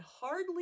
hardly